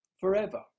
forever